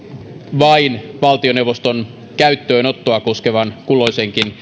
vain valtioneuvoston käyttöönottoa koskevan kulloisenkin